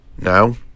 now